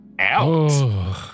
out